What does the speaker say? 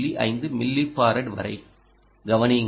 5 millifarad வரை கவனியுங்கள்